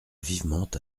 vivement